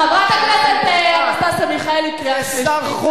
חברת הכנסת אנסטסיה מיכאלי, קריאה שלישית.